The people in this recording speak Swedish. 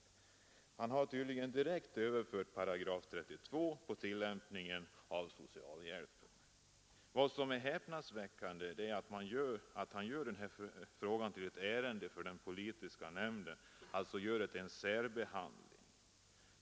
11 Han har tydligen direkt överfört § 32 på tillämpningen av socialhjälpen. Vad som är häpnadsväckande är att han gör den här frågan till ett ärende för den politiska nämnden — det blir alltså en särbehandling.